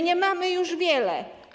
Nie mamy już wiele.